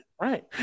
Right